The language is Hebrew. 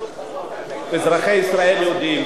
אזרחי ישראל יודעים,